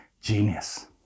genius